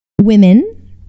women